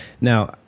Now